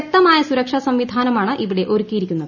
ശക്തമായ സുരക്ഷാ സംവിധാനമാണ് ഇവിടെ ഒരുക്കിയിരിക്കുന്നത്